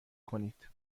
کنید